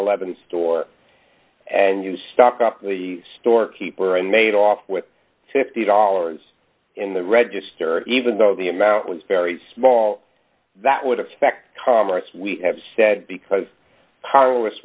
eleven store and you stock up the storekeeper and made off with fifty dollars in the register even though the amount was very small that would affect commerce we have said because